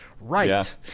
Right